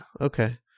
Okay